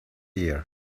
ear